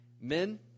Men